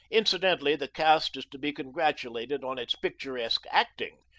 incidentally the cast is to be congratulated on its picturesque acting,